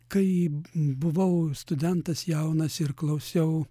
kai buvau studentas jaunas ir klausiau